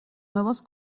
nuevos